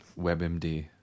WebMD